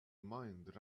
mind